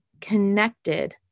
connected